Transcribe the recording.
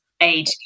Age